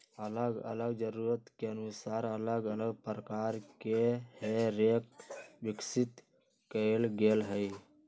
अल्लग अल्लग जरूरत के अनुसार अल्लग अल्लग प्रकार के हे रेक विकसित कएल गेल हइ